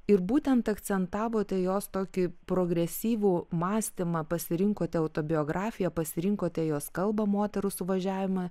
ir būtent akcentavote jos tokį progresyvų mąstymą pasirinkote autobiografiją pasirinkote jos kalbą moterų suvažiavime